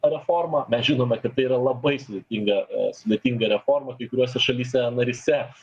reformą mes žinome kad tai yra labai sudėtinga sudėtinga reforma kai kuriose šalyse naryse